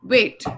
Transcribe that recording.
Wait